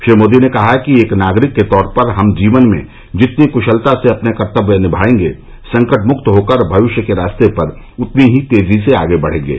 श्री मोदी ने कहा कि एक नागरिक के तौर पर हम जीवन में जितनी क्शलता से अपने कर्तव्य निभाएंगे संकट मुक्त होकर भविष्य के रास्ते पर उतनी ही तेजी से आगे बढेंगे